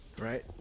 right